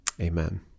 Amen